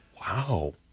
Wow